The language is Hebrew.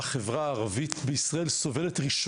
החברה הערבית בישראל היא הראשונה שסובלת מזה.